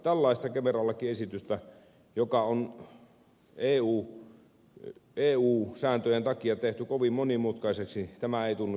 tällainen kemera lakiesitys joka on eu sääntöjen takia tehty kovin monimutkaiseksi ei tunnu järkevältä